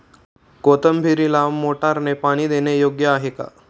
कोथिंबीरीला मोटारने पाणी देणे योग्य आहे का?